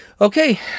Okay